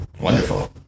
Wonderful